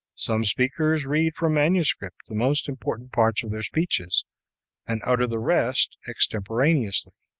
some speakers read from manuscript the most important parts of their speeches and utter the rest extemporaneously.